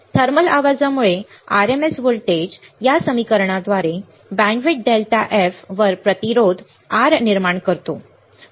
thermal आवाजामुळे RMS voltage या समीकरणाद्वारे बँडविड्थ डेल्टा F वर प्रतिरोध R निर्माण करतो